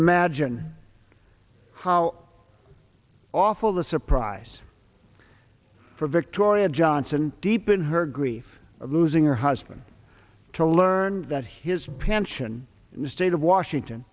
imagine how awful the surprise for victoria johnson deep in her grief of losing her husband to learn that his pension in the state of washington